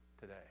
today